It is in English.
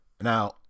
Now